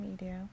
media